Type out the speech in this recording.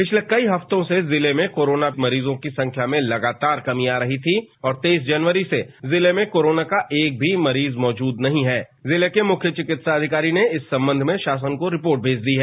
पिछले कई हफ्तों से जिले में कोरोना पीड़ित मरीजों की संख्या में लगातार कमी आ रही थी और तेईस जनवरी से जिले में कोरोना का एक भी मरीज मौजूद नहीं है जिले के मुख्य चिकित्सा अधिकारी ने इस संबंध में शासन को रिपोर्ट भेज दी है